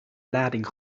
lading